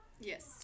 Yes